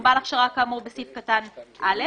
או בעל הכשרה כאמור בסעיף קטן (א),